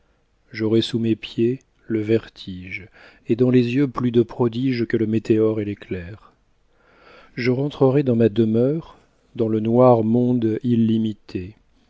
j'aurai sous mes pieds le vertige et dans les yeux plus de prodige que le météore et l'éclair je rentrerai dans ma demeure dans le noir monde illimité